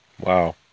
Wow